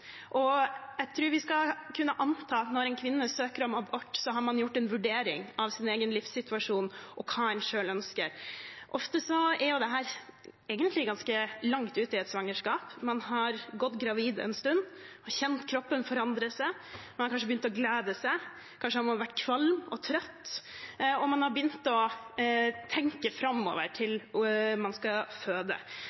og jeg tror vi kan anta at når en kvinne søker om abort, har hun gjort en vurdering av sin egen livssituasjon og hva hun selv ønsker. Ofte er dette egentlig ganske langt ute i et svangerskap, man har gått gravid en stund og kjent kroppen forandre seg. Man har kanskje begynt å glede seg, kanskje har man vært kvalm og trøtt, og man har begynt å tenke framover til